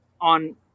on